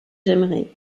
j’aimerai